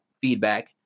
feedback